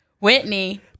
Whitney